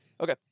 Okay